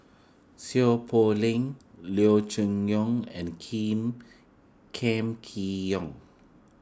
Seow Poh Leng Leo Choon Yong and Kiim Kam Kee Yong